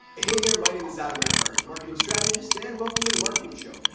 hey there my name is adam earhart, marketing strategist and welcome to the marketing show,